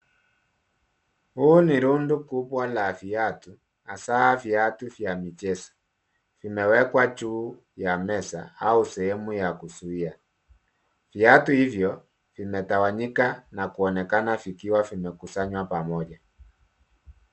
Huu ni rundo kubwa la viatu hasa viatu vya michezo. Vimewekwa juu ya meza au sehemu ya kuzuia. Viatu hivyo vimetawanyika na kuonekana vikiwa vimekusanywa pamoja.